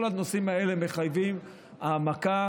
כל הנושאים האלה מחייבים העמקה.